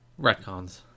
Retcons